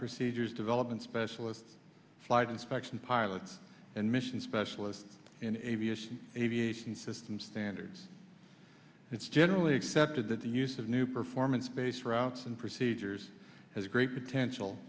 procedures development specialists flight inspection pilots and mission specialists in aviation aviation system standards it's generally accepted that the use of new performance based routes and procedures has great potential